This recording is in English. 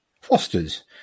fosters